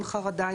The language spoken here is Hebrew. עם חרדה,